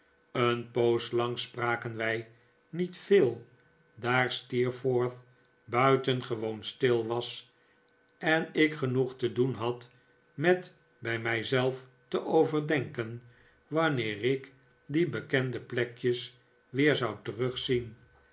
een poos lang spraken wij niet veel daar steerforth buitengewoon stil was en ik genoeg te doen had met bij mij zelf te overdenken wanneer ik die bekende plekjes weer zou terugzien